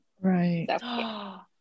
right